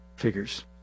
figures